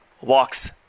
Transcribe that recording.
walks